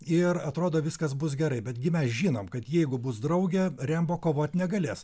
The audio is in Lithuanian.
ir atrodo viskas bus gerai betgi mes žinom kad jeigu bus draugė rembo kovot negalės